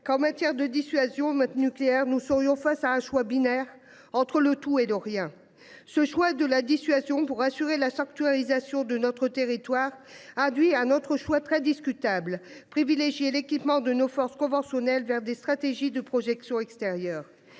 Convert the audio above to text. qu'en matière de dissuasion nucléaires nous serions face à un choix binaire entre le tout et de rien. Ce choix de la dissuasion pour assurer la sanctuarisation de notre territoire. Lui, un autre choix très discutable privilégier l'équipement de nos forces conventionnelles vers des stratégies de projection extérieure,